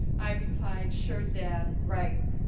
i replied sure dad, right.